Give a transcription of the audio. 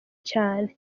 cane